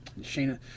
Shana